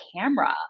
camera